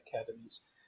academies